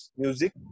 music